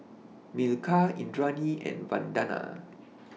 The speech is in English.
Milkha Indranee and Vandana